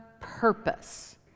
purpose